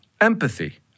Empathy